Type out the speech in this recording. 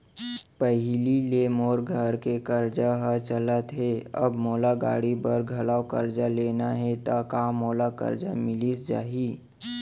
पहिली ले मोर घर के करजा ह चलत हे, अब मोला गाड़ी बर घलव करजा लेना हे ता का मोला करजा मिलिस जाही?